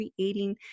creating